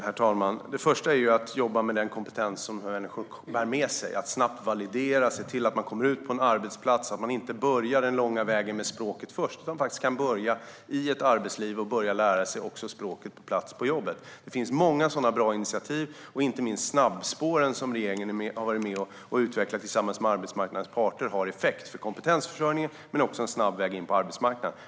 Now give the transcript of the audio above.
Herr talman! Det första är att jobba med den kompetens som människor bär med sig och att snabbt validera och se till att människor kommer ut på en arbetsplats, så att de inte börjar den långa vägen med språket först utan faktiskt kan börja i ett arbetsliv och börja lära sig språket på plats på jobbet. Det finns många sådana bra initiativ. Inte minst de snabbspår som regeringen har varit med och utvecklat tillsammans med arbetsmarknadens parter har effekt för kompetensförsörjningen och för en snabb väg in på arbetsmarknaden.